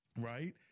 right